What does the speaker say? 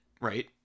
Right